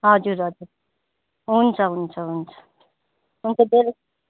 हजुर हजुर हुन्छ हुन्छ हुन्छ हुन्छ